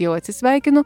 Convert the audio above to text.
jau atsisveikinu